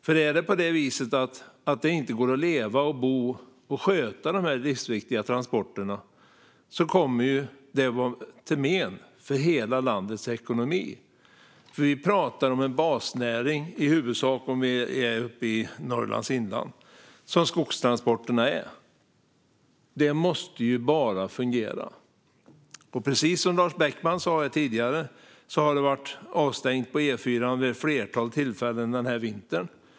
Om det inte går att leva och bo och sköta de livsviktiga transporterna kommer det ju att vara till men för hela landets ekonomi, för vi pratar om en basnäring, i huvudsak om det är i Norrlands inland, som skogstransporterna är. De måste ju bara fungera. Precis som Lars Beckman sa här tidigare har det varit avstängt på E4:an vid ett flertal tillfällen den här vintern.